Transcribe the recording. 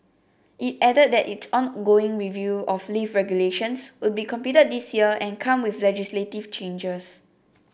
it added that its ongoing review of lift regulations would be completed this year and come with legislative changes